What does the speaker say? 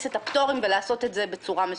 את הפטורים ולעשות את זה בצורה מסודרת.